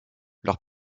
leur